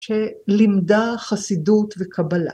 שלימדה חסידות וקבלה